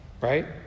Right